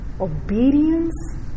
obedience